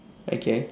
okay